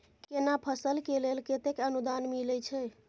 केना फसल के लेल केतेक अनुदान मिलै छै?